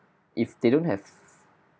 if they don't have